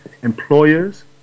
employers